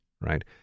Right